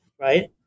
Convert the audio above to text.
Right